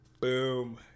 Boom